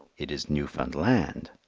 it is newfound land.